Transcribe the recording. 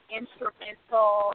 instrumental